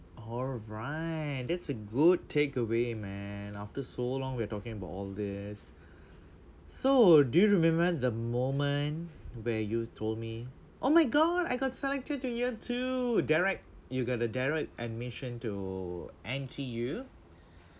alright that's a good takeaway man after so long we are talking about all this so do you remember the moment where you told me oh my god I got selected to year two direct you got the direct admission to N_T_U